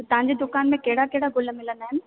तव्हांजी दुकानु में कहिड़ा कहिड़ा ग़ुल मिलंदा आहिनि